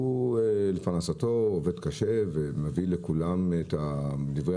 שלפרנסתו עובד קשה ומביא לכולם את דברי